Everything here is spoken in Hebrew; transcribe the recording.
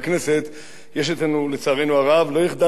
יש, לצערנו הרב, לא יחדל אביון מקרב הארץ.